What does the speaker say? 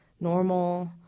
normal